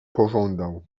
pożądał